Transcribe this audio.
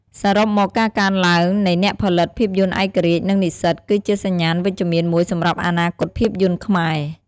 សរុបមក ការកើនឡើងនៃអ្នកផលិតភាពយន្តឯករាជ្យ និងនិស្សិត គឺជាសញ្ញាណវិជ្ជមានមួយសម្រាប់អនាគតភាពយន្តខ្មែរ។